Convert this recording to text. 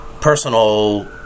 personal